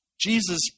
Jesus